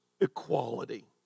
equality